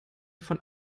von